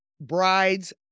bride's